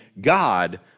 God